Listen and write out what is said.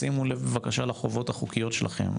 שימו לב בבקשה לחובות החוקיות שלכם,